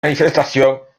manifestations